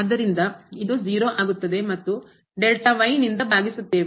ಆದ್ದರಿಂದ ಇದು 0 ಆಗುತ್ತದೆ ಮತ್ತು ನಿಂದ ಭಾಸುತ್ತೇವೆ